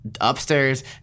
upstairs